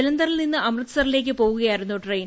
ജലന്ധറിൽ നിന്നും അമൃത്സറിലേക്ക് പോകുകയായിരുന്നു ട്രെയിൻ